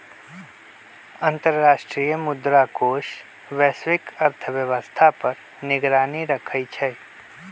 अंतर्राष्ट्रीय मुद्रा कोष वैश्विक अर्थव्यवस्था पर निगरानी रखइ छइ